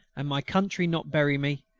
and my country not bury me,